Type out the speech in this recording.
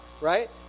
right